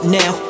now